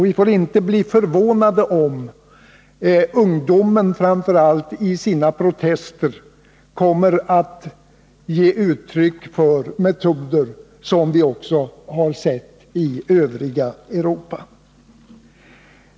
Vi får inte bli förvånade om framför allt ungdomen kommer att ge uttryck för sina protester med metoder som vi har sett i det övriga Europa.